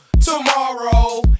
tomorrow